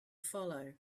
follow